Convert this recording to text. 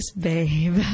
babe